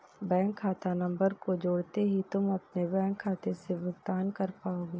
bank खाता number को जोड़ते ही तुम अपने बैंक खाते से भुगतान कर पाओगे